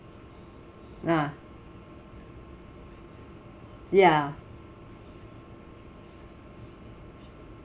ah ya